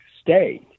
State